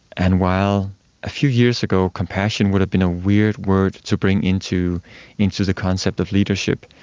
and while a few years ago compassion would have been a weird word to bring into into the concept of leadership,